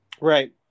Right